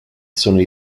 sono